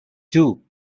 two